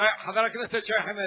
חבר הכנסת שי חרמש,